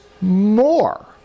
more